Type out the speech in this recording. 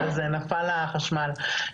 אז נפל החשמל.